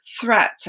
threat